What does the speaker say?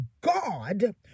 God